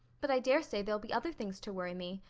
but i dare say there'll be other things to worry me.